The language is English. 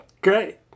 Great